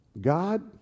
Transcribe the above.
God